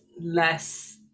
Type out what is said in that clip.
less